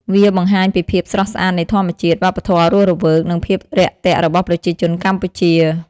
វាបង្ហាញពីភាពស្រស់ស្អាតនៃធម្មជាតិ វប្បធម៌រស់រវើក និងភាពរាក់ទាក់របស់ប្រជាជនកម្ពុជា។